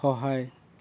সহায়